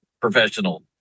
professional